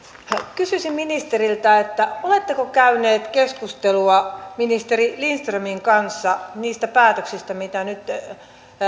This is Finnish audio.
kysyisin ministeriltä oletteko käynyt keskustelua ministeri lindströmin kanssa niistä päätöksistä mitä nyt